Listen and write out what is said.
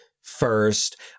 first